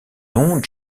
noms